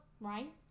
right